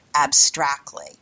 abstractly